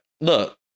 look